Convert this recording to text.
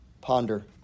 ponder